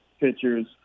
pitchers